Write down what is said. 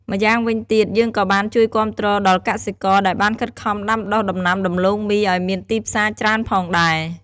ម្យ៉ាងវិញទៀត យើងក៏បានជួយគាំទ្រដល់កសិករ ដែលបានខិតខំដាំដុះដំណាំដំទ្បូងមីឱ្យមានទីផ្សារច្រើនផងដែរ។